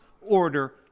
order